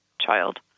child